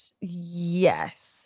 Yes